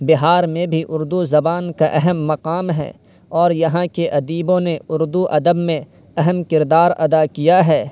بہار میں بھی اردو زبان کا اہم مقام ہے اور یہاں کے ادیبوں نے اردو ادب میں اہم کردار ادا کیا ہے